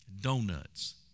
donuts